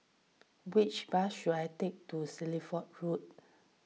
which bus should I take to Shelford Road